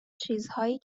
چیزهایی